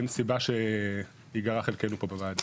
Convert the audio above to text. אין סיבה שייגרע חלקנו בוועדה.